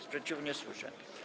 Sprzeciwu nie słyszę.